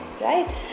right